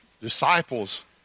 disciples